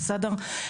בסדר?